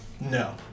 no